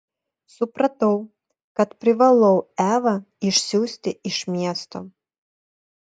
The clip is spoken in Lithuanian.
supratau kad privalau evą išsiųsti iš miesto